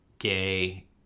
gay